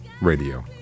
radio